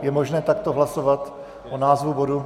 Je možné takto hlasovat o názvu bodu?